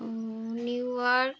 New York